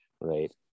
right